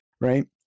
right